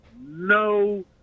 no